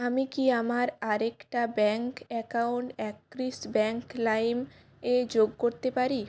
আমি কি আমার আরেকটা ব্যাঙ্ক অ্যাকাউন্ট অ্যাক্সিস ব্যাঙ্ক লাইম এ যোগ করতে পারি